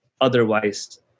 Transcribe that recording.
otherwise